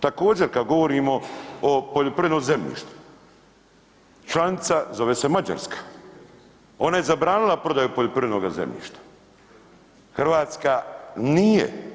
Također, kad govorimo o poljoprivrednom zemljištu članica zove se Mađarska, ona je zabranila prodaju poljoprivrednoga zemljišta, Hrvatska nije.